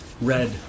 red